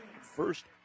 First